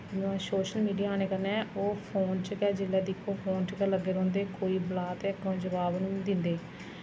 social media आने कन्नै ओह् फोन च गै जिल्लै दिक्खो फोन च गै लग्गी रौंह्दे कोई बला तां अग्गों जबाब गै निं दिंदे